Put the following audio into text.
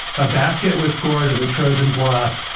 a basket was scored and the trojans lost.